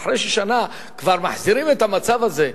ואחרי ששנה כבר מחזירים את המצב הזה,